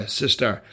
sister